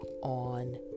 on